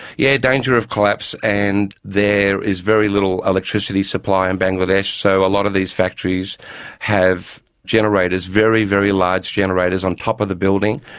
yeah danger of collapse, and there is very little electricity supply in bangladesh so a lot of these factories have generators, very, very large generators on top of the building,